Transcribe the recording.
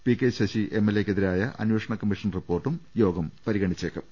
P K Sasi M എൽഎക്കെതി രായ അന്വേഷണ കമ്മീഷൻ റിപ്പോർട്ടും പരിഗണിച്ചേക്കും